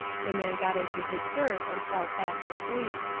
the man got into his berth and fell fast asleep.